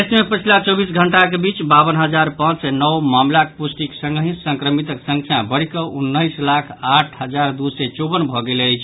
देश मे पछिला चौबीस घंटाक बीच बावन हजार पांच सय नओ मामिलाक पुष्टिक संगहि संक्रमितक संख्या बढ़ि कऽ उन्नैस लाख आठ हजार दू सय चौवन भऽ गेल अछि